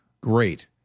Great